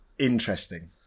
Interesting